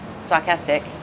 sarcastic